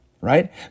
right